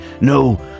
no